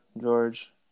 George